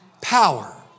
power